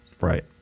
Right